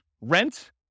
rent